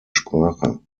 sprache